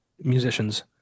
musicians